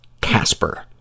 Casper